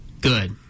good